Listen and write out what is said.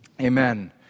Amen